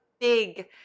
big